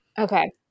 Okay